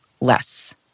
less